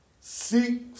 Seek